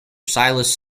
silas